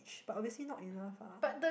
but obviously not enough ah